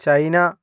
China